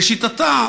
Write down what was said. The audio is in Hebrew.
לשיטתה,